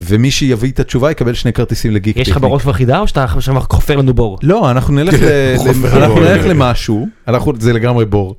ומי שיביא את התשובה יקבל שני כרטיסים לגיק יש לך בראש וחידה או שאתה חופה לנו בור לא אנחנו נלך למשהו אנחנו את זה לגמרי בור.